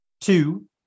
two